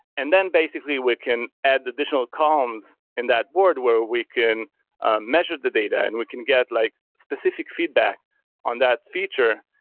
and then basically we can add additional columns in that board where we can measure the data and we can get like specific feedback on that feature.